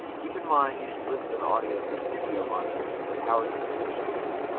keep in mind you should listen to the audio through studio monitors or powered computer speakers,